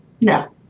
No